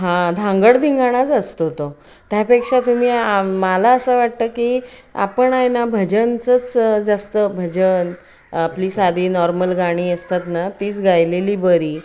हा धांगडधिंगाणाच असतो तो त्यापेक्षा तुम्ही आ मला असं वाटतं की आपण आहे ना भजनचंच जास्त भजन आपली साधी नॉर्मल गाणी असतात ना तीच गायलेली बरी